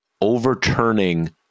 overturning